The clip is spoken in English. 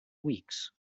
weeks